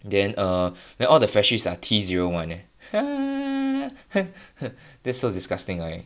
then err then all the freshies are T zero one eh that's so disgusting right